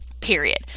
period